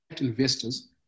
investors